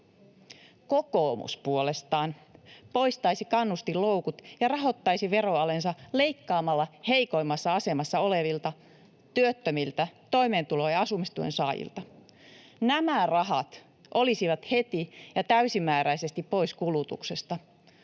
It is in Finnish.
Kokoomus puolestaan poistaisi kannustinloukut ja rahoittaisi veroalensa leikkaamalla heikoimmassa asemassa olevilta, työttömiltä, toimeentulon ja asumistuen saajilta. Nämä rahat olisivat heti ja täysimääräisesti pois kulutuksesta